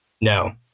No